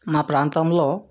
మా ప్రాంతంలో